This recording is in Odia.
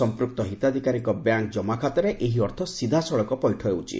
ସମ୍ପୂକ୍ତ ହିତାଧିକାରୀଙ୍କ ବ୍ୟାଙ୍କ୍ ଜମାଖାତାରେ ଏହି ଅର୍ଥ ସିଧାସଳଖ ପୈଠ ହେଉଛି